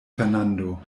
fernando